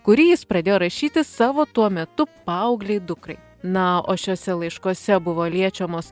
kurį jis pradėjo rašyti savo tuo metu paauglei dukrai na o šiuose laiškuose buvo liečiamos